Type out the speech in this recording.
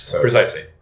Precisely